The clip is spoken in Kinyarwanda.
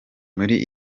muri